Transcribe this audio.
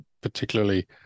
particularly